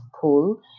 pull